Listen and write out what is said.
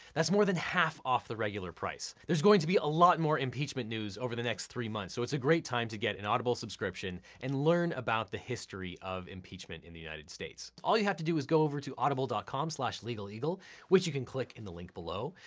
that's more than half off the regular price. there's going to be a lot more impeachment news over the next three months, so it's a great time to get an audible subscription and learn about the history of impeachment in the united states. all you have to do is go over to audible com legaleagle, which you can clink in the link below,